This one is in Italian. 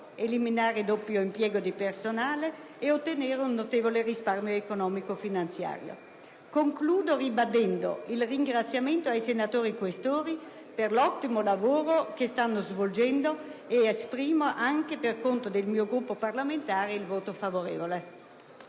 il doppio impiego di personale e ottenere un notevole risparmio economico-finanziario. Concludo ribadendo il ringraziamento ai senatori Questori per l'ottimo lavoro che stanno svolgendo e esprimo anche per conto del mio Gruppo parlamentare il voto favorevole.